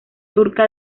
turca